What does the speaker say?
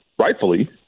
Rightfully